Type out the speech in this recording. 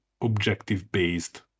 objective-based